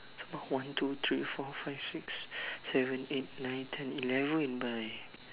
one two three four five six seven eight nine ten eleven by